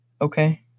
Okay